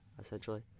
essentially